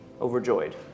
overjoyed